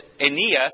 aeneas